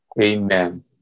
Amen